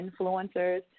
influencers